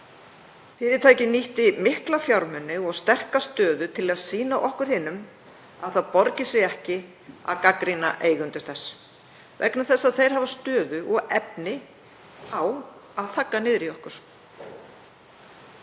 Fyrirtækið nýtti mikla fjármuni og sterka stöðu til að sýna okkur hinum að það borgi sig ekki að gagnrýna eigendur þess vegna þess að þeir hafi stöðu og efni á að þagga niður í okkur.